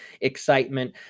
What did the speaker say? excitement